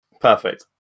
Perfect